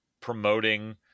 promoting